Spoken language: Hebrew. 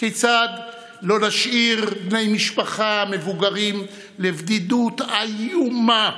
כיצד לא נשאיר בני משפחה מבוגרים לבדידות איומה,